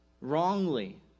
wrongly